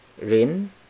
rin